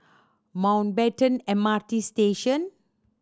Mountbatten M R T Station